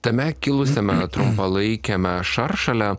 tame kilusiame trumpalaikiame šaršale